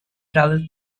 travel